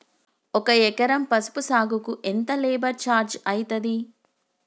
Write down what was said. ఒక ఎకరం పసుపు సాగుకు ఎంత లేబర్ ఛార్జ్ అయితది?